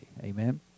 amen